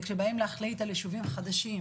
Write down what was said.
כאשר באים להחליט על הישובים החדשים,